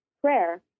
prayer